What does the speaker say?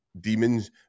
demons